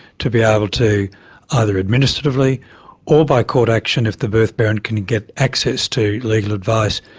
to be able to either administratively or by court action if the birth parent can get access to legal advice,